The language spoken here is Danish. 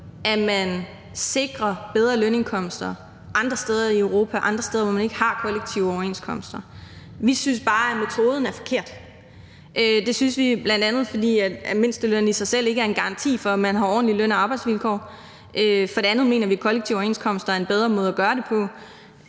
at man sikrer bedre lønindkomster andre steder i Europa, andre steder, hvor man ikke har kollektive overenskomster. Vi synes bare, at metoden er forkert, og det synes vi for det første, fordi mindstelønnen ikke i sig selv er en garanti for, at man har ordentlige løn- og arbejdsvilkår; for det andet mener vi, at kollektive overenskomster er en bedre måde at gøre det på;